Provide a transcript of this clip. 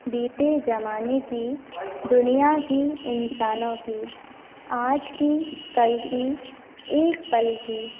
बीते ज़माने की दुनिया की इंसानों की आज की कल की एक पल की